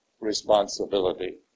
responsibility